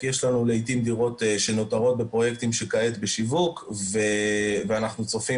יש לנו לעתים דירות שנותרות בפרויקטים שכעת בשיווק ואנחנו צופים